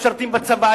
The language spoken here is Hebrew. משרתים בצבא,